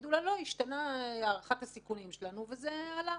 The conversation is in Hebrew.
יגידו לה: השתנתה הערכת הסיכונים שלנו וזה עלה.